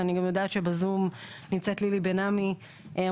ואני גם יודעת שבזום נמצאת לילי בן עמי המופלאה,